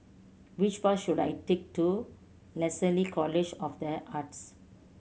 which bus should I take to Lasalle College of The Arts